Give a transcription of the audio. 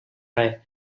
dry